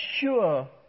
sure